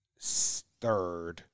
third